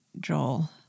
Joel